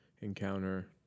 Encounter